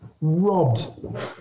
Robbed